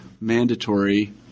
mandatory